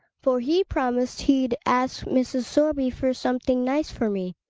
for he promised he'd ask mrs. sorby for some thing nice for me.